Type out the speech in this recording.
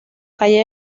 calle